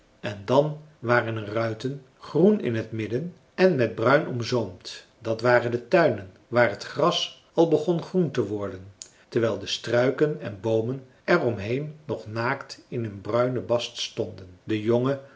en dan waren er ruiten groen in t midden en met bruin omzoomd dat waren de tuinen waar t gras al begon groen te worden terwijl de struiken en boomen er om heen nog naakt in hun bruinen bast stonden de jongen